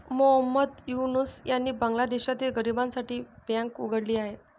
मोहम्मद युनूस यांनी बांगलादेशातील गरिबांसाठी बँक उघडली आहे